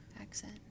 accent